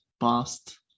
past